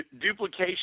duplication